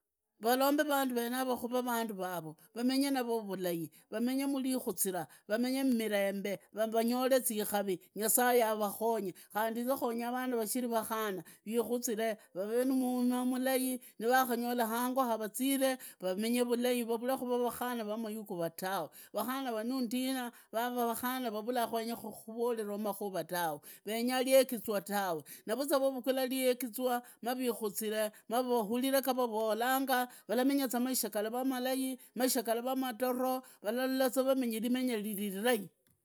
Venavo, huraa vandu varo, ramenye navo bulai, vamenye murinuzira, vamenye mmirembe, vanyore zikavi, nyasaye arakonye. Khandi inze khonya vana vakhana vikuziree vavee nemumaa mulai nirakarere nivahanyora hangonirakaziree, vamenye vulai vavee kura van ava mayugu yara tawe. Vakhana va nuundina vavaa vakhana vavula venyakurolelwa makuva tawe, renyaa ryenizwa tawe, navuza nivavugula lyenizwa, marikuzire, mavahurire ga vavoranga varamenya za maisha arara za malai, maisha garara matoro, valallaza vamenyi limenya lilirai.